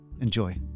Enjoy